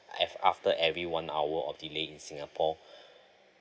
af~ after every one hour of delay in singapore